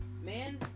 Man